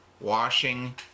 washing